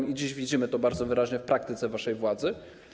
I dziś widzimy to bardzo wyraźnie w praktyce waszej władzy.